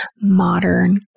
modern